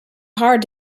hard